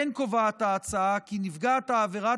כמו כן קובעת ההצעה כי נפגעת העבירה